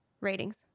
ratings